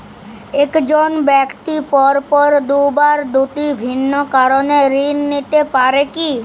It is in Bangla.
এক জন ব্যক্তি পরপর দুবার দুটি ভিন্ন কারণে ঋণ নিতে পারে কী?